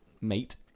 mate